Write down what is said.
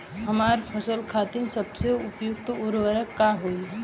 हमार फसल खातिर सबसे उपयुक्त उर्वरक का होई?